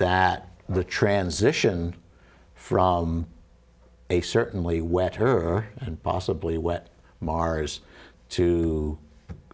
that the transition from a certainly wet her and possibly wet mars to